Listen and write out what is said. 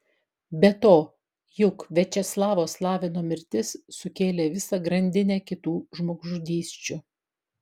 be to juk viačeslavo slavino mirtis sukėlė visą grandinę kitų žmogžudysčių